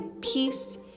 peace